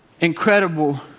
incredible